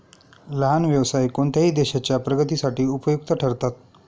लहान व्यवसाय कोणत्याही देशाच्या प्रगतीसाठी उपयुक्त ठरतात